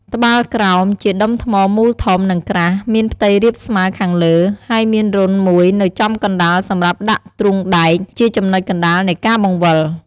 ត្បាល់ក្រោម ជាដុំថ្មមូលធំ និងក្រាស់ មានផ្ទៃរាបស្មើខាងលើ ហើយមានរន្ធមួយនៅចំកណ្ដាលសម្រាប់ដាក់ទ្រូងដែក ជាចំណុចកណ្ដាលនៃការបង្វិល។